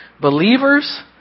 believers